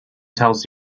tells